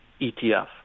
ETF